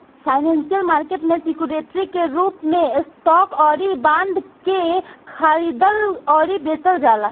financial market में security के रूप में स्टॉक अउरी बॉन्ड के खरीदल अउरी बेचल जाला